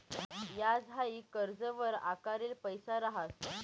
याज हाई कर्जवर आकारेल पैसा रहास